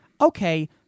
Okay